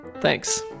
thanks